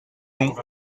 jonc